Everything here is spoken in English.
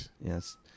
Yes